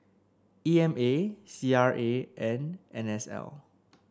E M A C R A and N S L